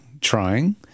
trying